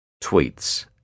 Tweets